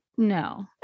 No